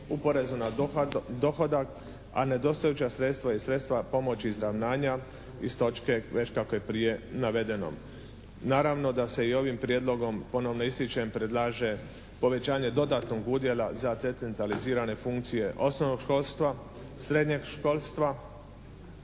u porezu na dohodak, a nedostajuće sredstva i sredstva pomoći izravnanja iz točke već kako je prije navedeno. Naravno da se i ovim prijedlogom ponovno ističem predlažem povećanje dodatnog udjela za decentralizirane funkcije osnovnog školstva, srednjeg školstva